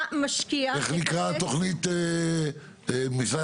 איך נקראת התכנית, רכבת